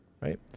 Right